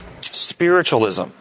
Spiritualism